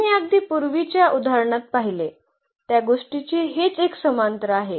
आम्ही अगदी पूर्वीच्या उदाहरणांत पाहिले त्या गोष्टीचे हेच एक समांतर आहे